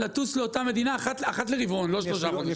לטוס לאותה מדינה אחת לרבעון, לא שלושה חודשים.